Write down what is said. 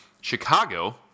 Chicago